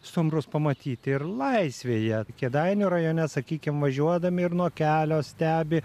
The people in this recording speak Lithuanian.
stumbrus pamatyti ir laisvėje kėdainių rajone sakykim važiuodami ir nuo kelio stebi